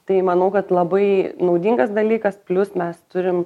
tai manau kad labai naudingas dalykas plius mes turim